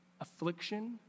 Affliction